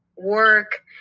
work